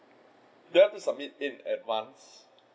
do I have to submit in advance